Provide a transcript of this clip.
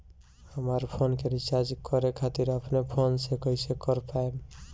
हमार फोन के रीचार्ज करे खातिर अपने फोन से कैसे कर पाएम?